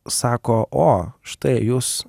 sako o štai jūs